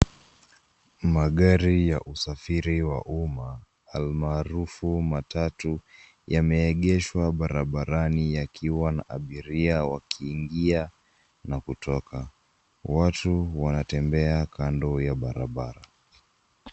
Magari ya usafiri wa umma almaarufu matatu yameegeshwa barabarani yakiwa na abiria wakiingia na kutoka. Watu wanatembea kando ya barabara.